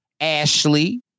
Ashley